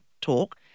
talk